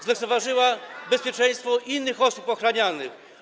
zlekceważyła bezpieczeństwo innych osób ochranianych.